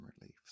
relief